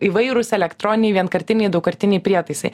įvairūs elektroniniai vienkartiniai daugkartiniai prietaisai